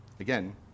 Again